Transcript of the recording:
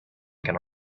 going